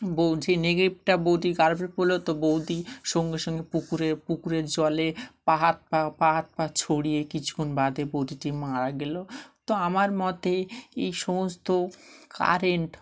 বৌ যেই নেগেটিভটা বৌদি কারভ বললো তো বৌদি সঙ্গে সঙ্গে পুকুরের পুকুরের জলে পা হাত পা পা হাত পা হাত ছড়িয়ে কিছুক্ষণ বাদে বৌদিটি মারা গেলো তো আমার মতে এই সমস্ত কারেন্ট